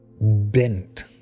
bent